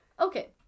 okay